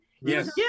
Yes